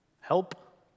Help